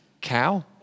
cow